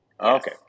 Okay